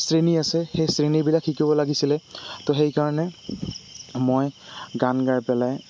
শ্ৰেণী আছে সেই শ্ৰেণীবিলাক শিকিব লাগিছিলে তো সেইকাৰণে মই গান গাই পেলাই